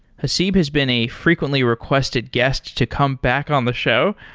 haseeb has been a frequently requested guest to come back on the show.